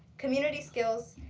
community skills,